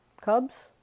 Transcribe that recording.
Cubs